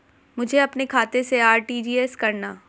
मुझे अपने खाते से आर.टी.जी.एस करना?